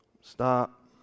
Stop